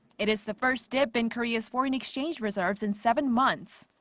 it is the first dip in korea's foreign exchange reserves in seven months.